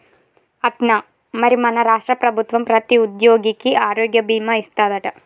అట్నా మరి మన రాష్ట్ర ప్రభుత్వం ప్రతి ఉద్యోగికి ఆరోగ్య భీమా ఇస్తాదట